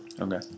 Okay